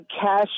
cash